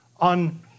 on